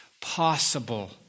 possible